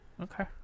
Okay